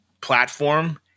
platform